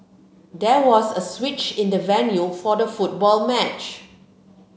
there was a switch in the venue for the football match